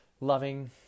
loving